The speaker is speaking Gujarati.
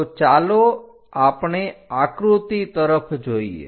તો ચાલો આપણે આકૃતિ તરફ જોઈએ